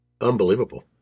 unbelievable